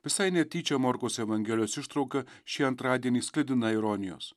visai netyčia morkaus evangelijos ištrauka šį antradienį sklidina ironijos